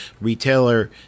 retailer